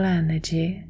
energy